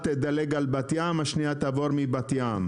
13:00 תדלג על בת ים, והשנייה תעבור בבת ים.